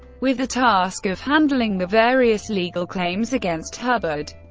with the task of handling the various legal claims against hubbard.